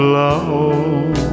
love